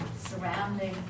surrounding